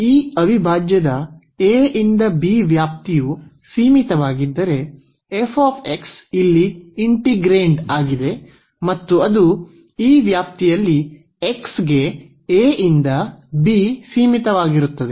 ಈ ಅವಿಭಾಜ್ಯದ a ಇಂದ b ಗೆ ವ್ಯಾಪ್ತಿಯು ಸೀಮಿತವಾಗಿದ್ದರೆ ಇಲ್ಲಿ ಇಂಟಿಗ್ರೇಂಡ್ ಆಗಿದೆ ಮತ್ತು ಅದು ಈ ವ್ಯಾಪ್ತಿಯಲ್ಲಿ x a ಇಂದ b ಗೆ ಸೀಮಿತವಾಗಿರುತ್ತದೆ